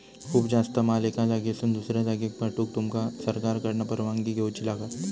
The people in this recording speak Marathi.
खूप जास्त माल एका जागेसून दुसऱ्या जागेक पाठवूक तुमका सरकारकडना परवानगी घेऊची लागात